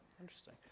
interesting